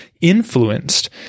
influenced